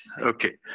Okay